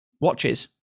watches